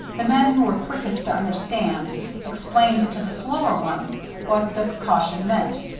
the men who were quickest to understand explained to the slower ones what the precaution meant,